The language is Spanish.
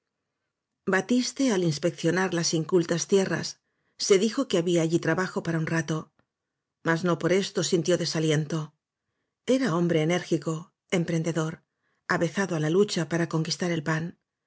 batiste al inspeccionar las incultas tierras se dijo que había allí trabajo para un rato mas no por esto sintió desaliento era hom bre enérgico emprendedor avezado á la lucha para conquistar el pan